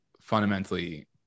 fundamentally